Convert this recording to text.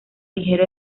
ligero